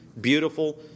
beautiful